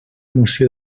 moció